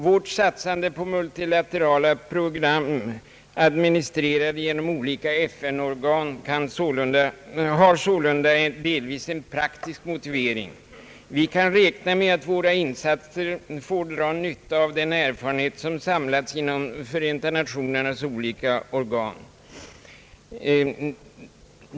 Vårt satsande på rmultilaterala program, administrerade genom olika FN-organ, har sålunda delvis en praktisk motivering. Vi kan räkna med att våra insatser får dra nytta av den erfarenhet som samlats inom Förenta Nationernas olika organ.